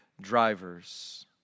drivers